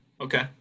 okay